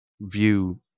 view